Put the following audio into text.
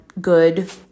good